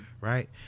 Right